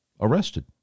arrested